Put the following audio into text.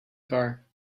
car